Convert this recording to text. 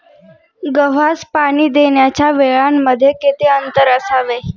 गव्हास पाणी देण्याच्या वेळांमध्ये किती अंतर असावे?